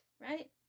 right